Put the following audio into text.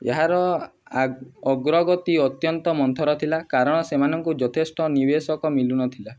ଏହାର ଅଗ୍ରଗତି ଅତ୍ୟନ୍ତ ମନ୍ଥର ଥିଲା କାରଣ ସେମାନଙ୍କୁ ଯଥେଷ୍ଟ ନିବେଶକ ମିଳୁନଥିଲା